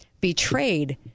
betrayed